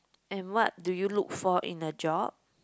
and what do you look for in a job